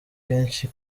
kenshi